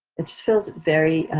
it just feels very,